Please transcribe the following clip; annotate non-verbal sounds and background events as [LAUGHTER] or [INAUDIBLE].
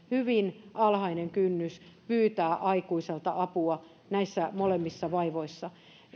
[UNINTELLIGIBLE] hyvin alhainen kynnys pyytää aikuiselta apua näissä molemmissa vaivoissa